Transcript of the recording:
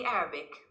Arabic